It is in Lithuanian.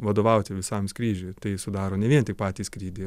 vadovauti visam skrydžiui tai sudaro ne vien tik patį skrydį